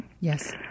Yes